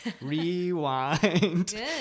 Rewind